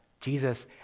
Jesus